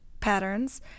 patterns